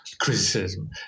criticism